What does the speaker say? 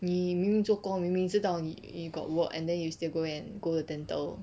你明明做工明明知道你 got work and then you still and go to dental